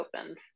opened